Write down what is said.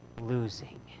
losing